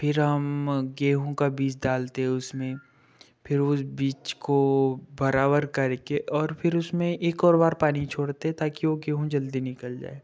फिर हम गेहूँ का बीज डालते हैं उसमें फिर उस बीज को बराबर करके और फिर उसमें एक और बार पानी छोड़ते ताकि वो गेहूँ जल्दी निकल जाए